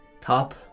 Top